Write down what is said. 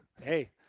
Hey